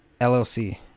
LLC